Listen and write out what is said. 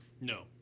No